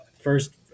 first